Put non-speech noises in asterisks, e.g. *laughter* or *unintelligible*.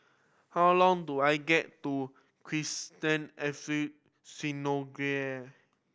how long do I get to *unintelligible* El Synagogue